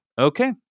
Okay